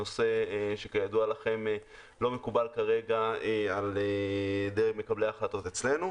נושא שכידוע לכם לא מקובל כרגע על דרג מקבלי ההחלטות אצלנו,